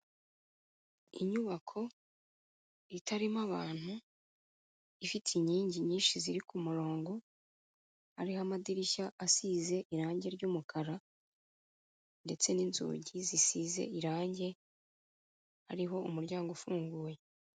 Inyubako itarimo abantu ifite inkingi nyinshi ziri ku murongo iriho amadirishya asize irangi ryi umukara ndetse n'inzugi zisize irangi iriho umuryango ufunguye.